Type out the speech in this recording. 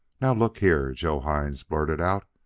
now look here, joe hines blurted out,